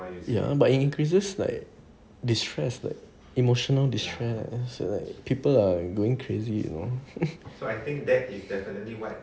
but it increases like distressed like emotional distress and see like people are going crazy you know